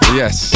yes